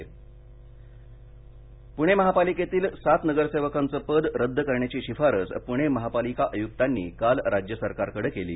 मनपा पुणे महापालिकेतील सात नगरसेवकांचे पद रद्द करण्याची शिफारस पुणे महापालिका आयुक्तांनी काल राज्य सरकारकडे केली